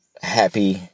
happy